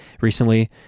Recently